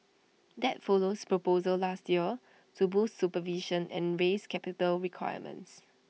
that follows proposals last year to boost supervision and raise capital requirements